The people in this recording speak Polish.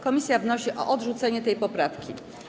Komisja wnosi o odrzucenie tej poprawki.